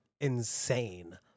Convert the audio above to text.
insane